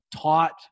taught